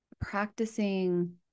Practicing